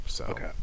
Okay